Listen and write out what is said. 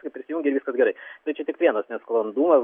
kai prisijungi viskas gerai tai čia tik vienas nesklandumas